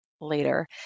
later